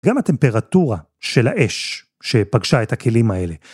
גם הטמפרטורה של האש שפגשה את הכלים האלה.